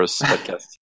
podcast